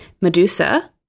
Medusa